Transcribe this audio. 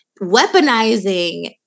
weaponizing